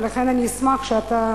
ולכן אני אשמח שאתה